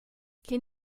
can